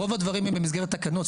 רוב הדברים הם במסגרת תקנות,